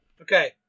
Okay